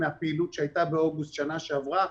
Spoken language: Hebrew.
מהפעילות שהייתה באוגוסט בשנה שעברה.